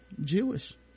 Jewish